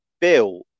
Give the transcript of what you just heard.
bill